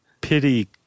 pity